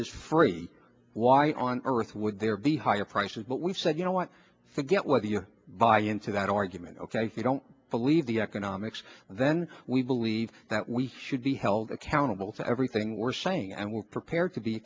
is free why on earth would there be higher prices but we've said you know what forget whether you buy into that argument ok if you don't believe the economics then we believe that we should be held accountable to everything we're saying and we're prepared to be